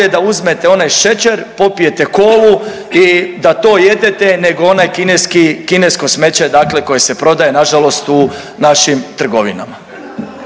da uzmete onaj šećer, popijete kolu i da to jedete nego onaj kineski, kinesko smeće dakle koje se prodaje nažalost u našim trgovinama.